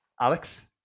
Alex